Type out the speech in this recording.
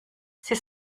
sie